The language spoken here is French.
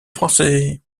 français